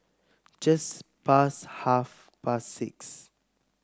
just past half past six